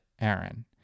Aaron